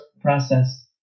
process